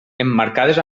emmarcades